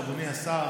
אדוני השר,